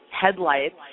headlights